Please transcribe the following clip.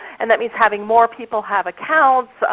and that means having more people have accounts,